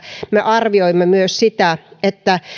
me arvioimme myös sitä että